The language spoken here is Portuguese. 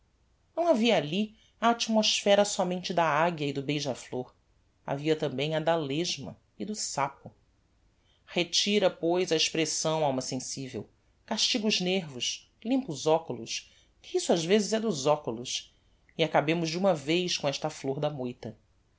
não havia alli a atmosphera sómente da aguia e do beija-flor havia tambem a da lesma e do sapo retira pois a expressão alma sensivel castiga os nervos limpa os oculos que isso ás vezes é dos oculos e acabemos de uma vez com esta flor da moita